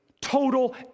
Total